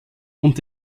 und